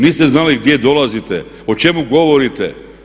Niste znali gdje dolazite, o čemu govorite.